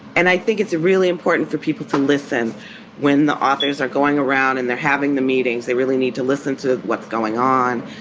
and i think it's really important for people to listen when the authors are going around and they're having the meetings, they really need to listen to what's going on,